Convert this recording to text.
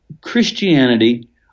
Christianity